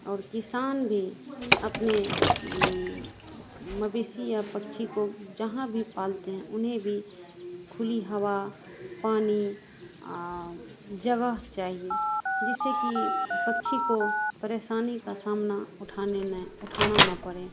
और किसान भी अपने मवेशी या पक्षी को जहाँ भी पालते हैं उन्हें भी खुली हवा पानी आ जगह चाहिए जिससे कि पक्षी को परेशानी का सामना उठाने नहीं उठाना न पड़े